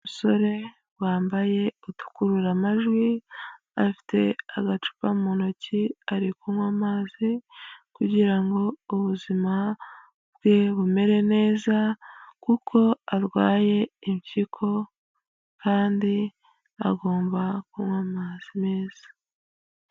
Umusore wambaye utukurura amajwi afite agacupa mu ntoki ari kunywa amazi kugira ngo ubuzima bwe bumere neza kuko arwaye impyiko kandi agomba kunywa amazi meza.